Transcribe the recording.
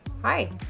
Hi